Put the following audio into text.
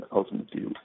ultimately